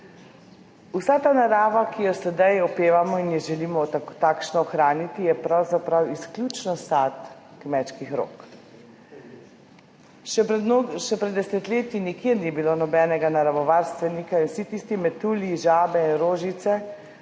Vsa ta narava, ki jo sedaj opevamo in jo želimo takšno ohraniti, je pravzaprav izključno sad kmečkih rok. Še pred desetletji nikjer ni bilo nobenega naravovarstvenika in vsi tisti metulji, žabe in rožice,